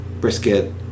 brisket